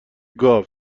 گاو